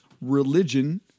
religion